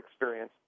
experience